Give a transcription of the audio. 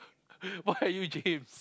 why are you James